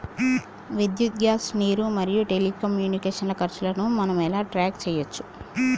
విద్యుత్ గ్యాస్ నీరు మరియు టెలికమ్యూనికేషన్ల ఖర్చులను మనం ఎలా ట్రాక్ చేయచ్చు?